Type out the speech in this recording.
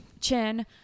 chin